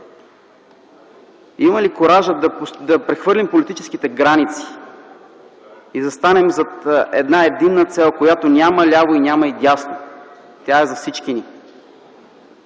имаме ли куража да прехвърлим политическите граници и да застанем зад една-единна цел, която няма ляво и дясно. Тя е за всички ни.